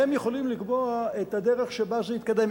הם יכולים לקבוע את הדרך שבה זה יתקדם,